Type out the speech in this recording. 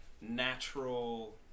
natural